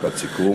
משפט סיכום.